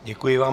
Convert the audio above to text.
Děkuji vám.